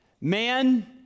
man